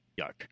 Yuck